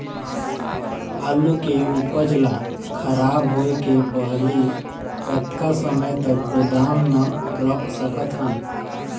आलू के उपज ला खराब होय के पहली कतका समय तक गोदाम म रख सकत हन?